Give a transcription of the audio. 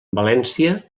valència